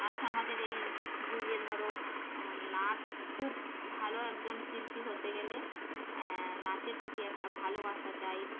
আজ আমাদের এই যুগে ধরো নাচ খুব ভালো একজন শিল্পী হতে গেলে নাচের প্রতি একটা ভালোবাসা চাই